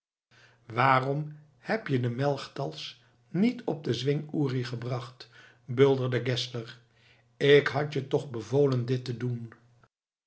waarom heb je de melchtals niet op den zwing uri gebracht bulderde geszler ik had je toch bevolen dit te doen